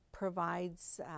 provides